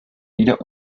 lieder